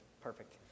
Perfect